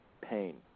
Pain